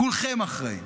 כולכם אחראים.